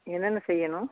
என்னென்ன செய்யணும்